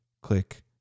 click